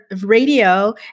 radio